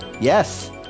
yes